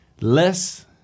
less